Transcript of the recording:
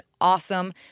awesome